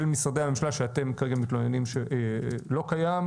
משרדי הממשלה שאתם כרגע מתלוננים שלא קיים.